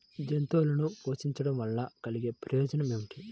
జంతువులను పోషించడం వల్ల కలిగే ప్రయోజనం ఏమిటీ?